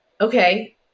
Okay